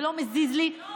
זה לא מזיז לי,